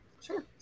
Sure